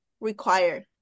require